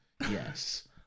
Yes